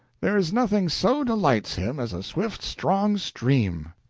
there is nothing so delights him as a swift, strong stream.